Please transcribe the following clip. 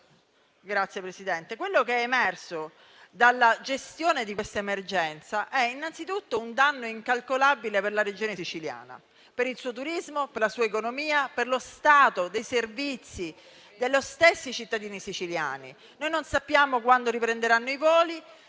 del Presidente)*. Quello che infatti è emerso dalla gestione di questa emergenza è, innanzitutto, un danno incalcolabile per la Regione Sicilia, per il suo turismo, per la sua economia, per lo stato dei servizi degli stessi cittadini siciliani. Non sappiamo quando riprenderanno i voli;